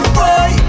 boy